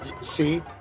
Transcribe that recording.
See